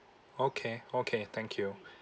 okay okay thank you